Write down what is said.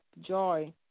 joy